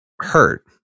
hurt